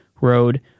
Road